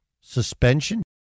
suspension